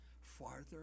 farther